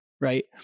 right